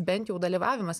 bent jau dalyvavimas